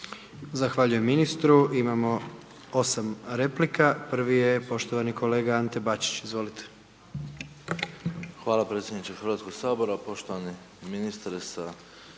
Zahvaljujem ministru. Imamo 8 replika. Prvi je poštovani kolega Ante Bačić, izvolite. **Bačić, Ante (HDZ)** Hvala predsjedniče HS-a, poštovani ministre sa